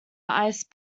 ice